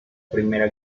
primera